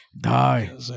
Die